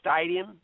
stadium